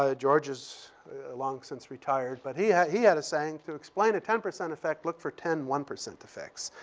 ah george is long since retired, but he had he had a saying to explain a ten percent effect, look for ten one percent effects.